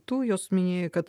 tu juos minėjai kad